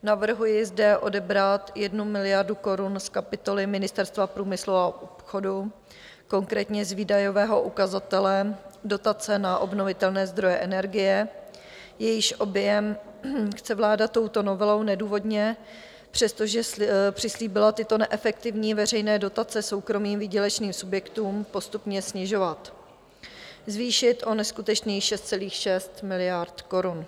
Navrhuji zde odebrat jednu miliardu korun z kapitoly Ministerstva průmyslu a obchodu, konkrétně z výdajového ukazatele dotace na obnovitelné zdroje energie, jejíž objem chce vláda touto novelou nedůvodně, přestože přislíbila tyto neefektivní veřejné dotace soukromým výdělečným subjektům postupně snižovat, zvýšit o neskutečných 6,6 miliardy korun.